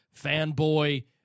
fanboy